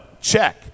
Check